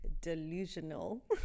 delusional